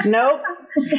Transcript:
Nope